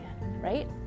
right